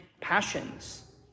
passions